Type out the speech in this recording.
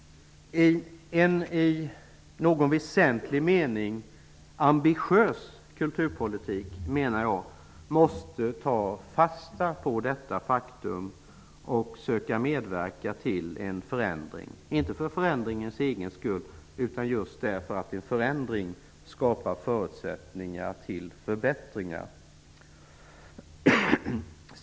En i någon väsentlig mening ambitiös kulturpolitik måste ta fasta på detta faktum och söka medverka till en förändring -- inte för förändringens egen skull, utan just därför att en förändring skapar förutsättningar för förbättringar.